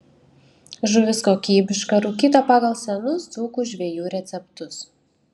žuvis kokybiška rūkyta pagal senus dzūkų žvejų receptus